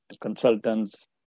consultants